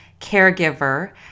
caregiver